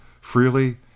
freely